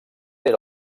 era